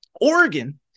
Oregon